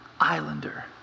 Islander